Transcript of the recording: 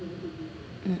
hmm